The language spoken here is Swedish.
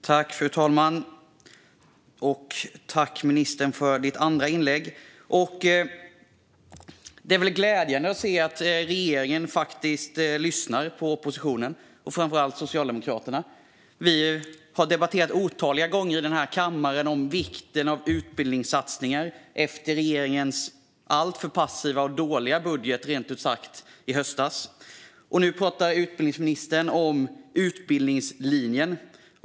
Fru talman! Tack, ministern, för ditt andra inlägg! Det är glädjande att se att regeringen faktiskt lyssnar på oppositionen och framför allt Socialdemokraterna. Vi har otaliga gånger i denna kammare debatterat vikten av utbildningssatsningar efter regeringens alltför passiva och rent ut sagt dåliga budget i höstas. Nu pratar utbildningsministern om utbildningslinjen.